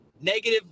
negative